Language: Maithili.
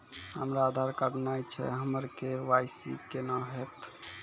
हमरा आधार कार्ड नई छै हमर के.वाई.सी कोना हैत?